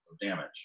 damage